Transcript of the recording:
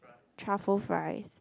truffle fries